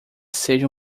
seja